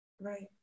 Right